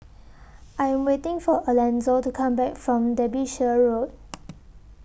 I Am waiting For Alanzo to Come Back from Derbyshire Road